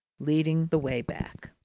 leading the way back.